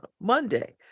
monday